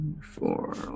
Four